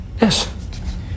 Yes